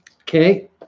Okay